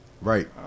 Right